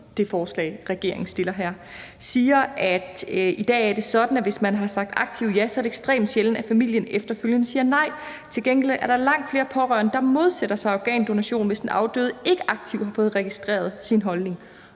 det forslag, regeringen fremsætter her. Han siger, at i dag er det sådan, at hvis man har sagt aktivt ja, er det ekstremt sjældent, at familien efterfølgende siger nej. Til gengæld er der langt flere pårørende, der modsætter sig organdonation, hvis den afdøde ikke aktivt har fået registreret sin holdning,